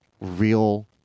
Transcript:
real